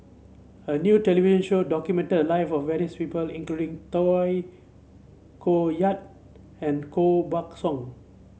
a new television show documented the lives of various people including Tay Koh Yat and Koh Buck Song